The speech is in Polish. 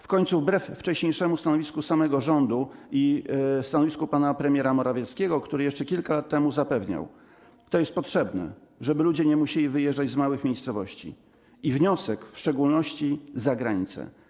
W końcu jest ona wbrew wcześniejszemu stanowisku samego rządu i stanowisku pana premiera Morawieckiego, który jeszcze kilka lat temu zapewniał: To jest potrzebne, żeby ludzie nie musieli wyjeżdżać z małych miejscowości i wiosek, w szczególności za granicę.